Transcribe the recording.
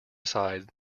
aside